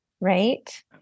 Right